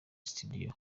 studio